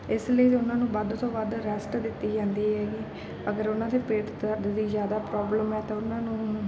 ਇਸ ਲਈ ਉਹਨਾਂ ਨੂੰ ਵੱਧ ਤੋਂ ਵੱਧ ਰੈਸਟ ਦਿੱਤੀ ਜਾਂਦੀ ਹੈਗੀ ਅਗਰ ਉਹਨਾਂ ਦੇ ਪੇਟ ਦਰਦ ਦੀ ਜ਼ਿਆਦਾ ਪ੍ਰੋਬਲਮ ਹੈ ਤਾਂ ਉਹਨਾਂ ਨੂੰ